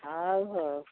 ହଉ ହଉ